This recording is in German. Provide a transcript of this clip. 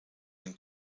dem